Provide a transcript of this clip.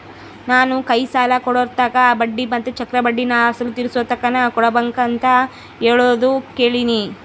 ನಾನು ಕೈ ಸಾಲ ಕೊಡೋರ್ತಾಕ ಬಡ್ಡಿ ಮತ್ತೆ ಚಕ್ರಬಡ್ಡಿನ ಅಸಲು ತೀರಿಸೋತಕನ ಕೊಡಬಕಂತ ಹೇಳೋದು ಕೇಳಿನಿ